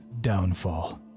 downfall